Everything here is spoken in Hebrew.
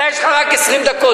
אתה, יש לך רק 20 דקות.